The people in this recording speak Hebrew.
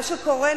מה שקורה,